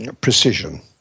precision